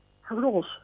hurdles